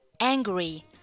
angry